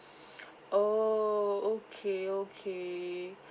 oh okay okay